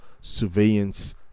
surveillance